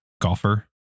golfer